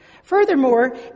Furthermore